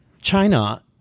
China